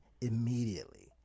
immediately